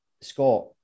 Scott